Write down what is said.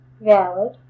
valid